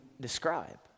describe